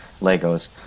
Legos